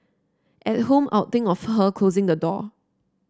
at home I'd think of her closing the door